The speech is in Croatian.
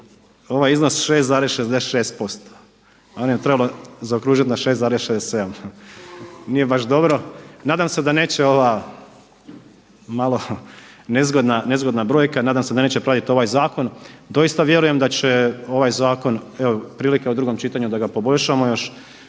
ovaj iznos 6,66% trebalo je zaokružiti na 6,67. Nije baš dobro, nadam se da neće ova malo nezgodna brojka nadam se da neće … ovaj zakon. Doista vjerujem da će ovaj zakon prilike u drugom čitanju da ga poboljšamo još,